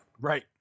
right